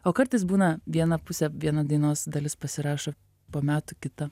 o kartais būna viena pusė viena dainos dalis pasirašo po metų kita